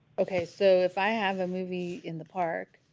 okay, so if i have a movie in the park